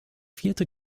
vierte